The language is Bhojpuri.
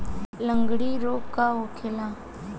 लगड़ी रोग का होखेला?